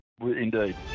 Indeed